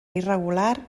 irregular